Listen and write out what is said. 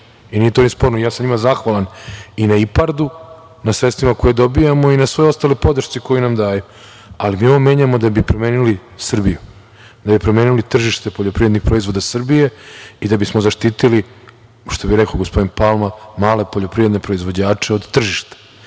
i nije to sporno. Njima sam ja zahvalan i na IPARD-u, na sredstvima koje dobijamo i na svoj ostaloj podršci koju nam daju, ali mi ovo menjamo da bi promenili Srbiju, da bi promenili tržište poljoprivrednih proizvoda Srbije i da bismo zaštitili, što bi rekao gospodin Palma, male poljoprivredne proizvođače od tržišta.